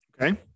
Okay